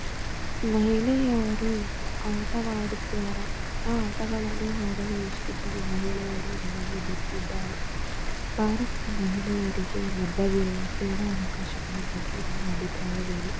ಮಹಿಳೆಯರು ಆಟವಾಡುತ್ತಾರ ಆ ಆಟಗಳನ್ನು ಆಡಲು ಎಷ್ಟು ಜನ ಮಹಿಳೆಯರು ನಿಮಗೆ ಗೊತ್ತಿದ್ದಾರೆ ಭಾರತದ ಮಹಿಳೆಯರಿಗೆ ಲಭ್ಯವಿರುವ ಕ್ರೀಡಾ ಅವಕಾಶಗಳ ಬಗ್ಗೆ ನಿಮ್ಮ ಅಭಿಪ್ರಾಯವೇನು